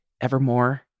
Evermore